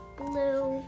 blue